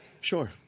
Sure